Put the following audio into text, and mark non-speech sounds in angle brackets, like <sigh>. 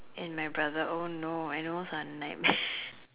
and my brother oh no those are nightmare <laughs>